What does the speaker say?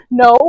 no